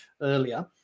earlier